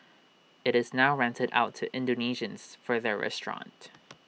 IT is now rented out to Indonesians for their restaurant